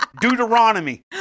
Deuteronomy